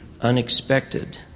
unexpected